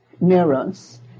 neurons